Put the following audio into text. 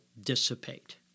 dissipate